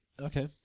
okay